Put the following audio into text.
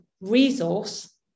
resource